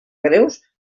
greus